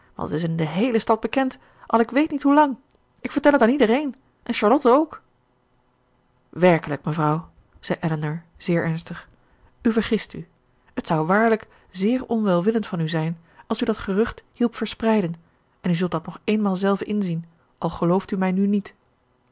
want t is in de heele stad bekend al ik weet niet hoe lang ik vertel het aan iedereen en charlotte ook werkelijk mevrouw zei elinor zeer ernstig u vergist u het zou waarlijk zeer onwelwillend van u zijn als u dat gerucht hielp verspreiden en u zult dat nog eenmaal zelve inzien al gelooft u mij nu niet